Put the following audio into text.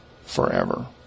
forever